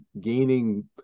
gaining